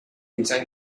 inside